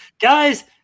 Guys